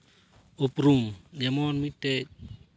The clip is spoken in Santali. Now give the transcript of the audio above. ᱩᱯᱨᱩᱢ ᱮᱢᱚᱱ ᱢᱤᱫᱴᱮᱡ